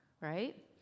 right